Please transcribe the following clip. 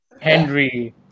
Henry